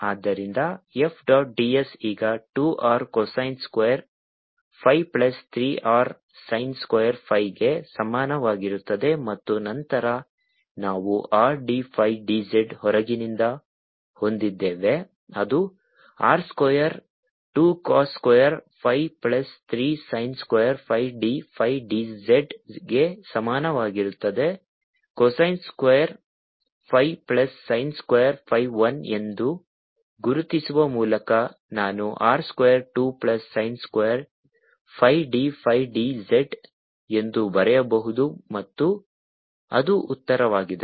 ಆದ್ದರಿಂದ F dot ds ಈಗ 2 R cosine square phi plus 3 R sin square phi ಗೆ ಸಮಾನವಾಗಿರುತ್ತದೆ ಮತ್ತು ನಂತರ ನಾವು R d phi dz ಹೊರಗಿನಿಂದ ಹೊಂದಿದ್ದೇವೆ ಅದು R square 2 cos square phi plus 3 sin square phi d phi dzಗೆ ಸಮಾನವಾಗಿರುತ್ತದೆ cosine square phi plus sin square phi 1 ಎಂದು ಗುರುತಿಸುವ ಮೂಲಕ ನಾನು R square 2 plus sin square phi d phi dz ಎಂದು ಬರೆಯಬಹುದು ಮತ್ತು ಅದು ಉತ್ತರವಾಗಿದೆ